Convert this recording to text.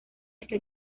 hasta